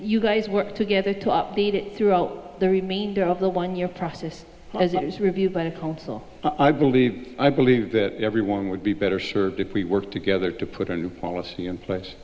you guys work together to update it throughout the remainder of the one year process as it is reviewed by the council i believe i believe that everyone would be better served if we work together to put a new policy in place